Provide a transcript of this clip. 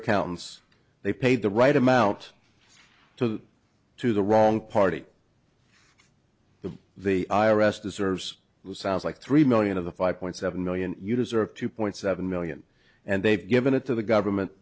accountants they paid the right amount to the to the wrong party to the i r s deserves sounds like three million of the five point seven million you deserve two point seven million and they've given it to the government